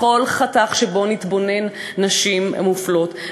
בכל חתך שבו נתבונן נשים מופלות,